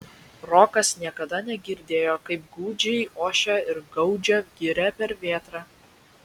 rokas niekada negirdėjo kaip gūdžiai ošia ir gaudžia giria per vėtrą